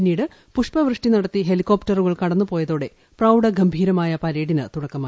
പിന്നീട് പൂഷ്പവൃഷ്ടി നടത്തി ഹെലികോപ്റ്ററുകൾ കടന്നുപോയതോടെ പ്രൌഡഗംഭീര പരേഡിന് തുടക്കമായി